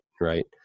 Right